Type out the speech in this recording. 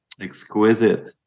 exquisite